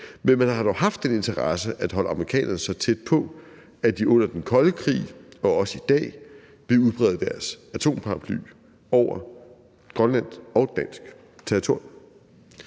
Men man har dog haft den interesse at holde amerikanerne så tæt på, at de under den kolde krig og også i dag vil udbrede deres atomparaply over grønlandsk og dansk territorium.